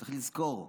צריך לזכור,